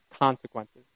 consequences